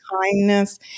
kindness